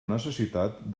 necessitat